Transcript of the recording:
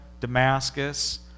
Damascus